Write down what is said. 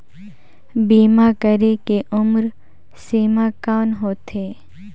बीमा करे के उम्र सीमा कौन होथे?